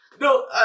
No